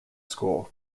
school